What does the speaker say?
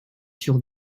sur